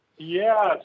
Yes